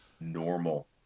normal